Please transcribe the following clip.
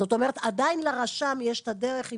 זאת אומרת עדיין לרשם יש את הדרך אם